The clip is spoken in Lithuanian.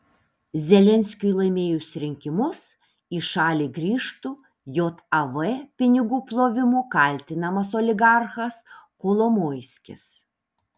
zelenskiui laimėjus rinkimus į šalį grįžtų jav pinigų plovimu kaltinamas oligarchas kolomoiskis